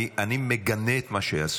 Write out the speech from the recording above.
אני מגנה את מה שעשו,